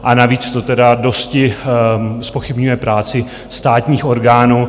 A navíc to tedy dosti zpochybňuje práci státních orgánů.